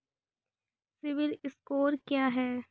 CIBIL score क्या है?